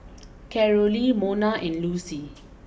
Carolee Mona and Lucie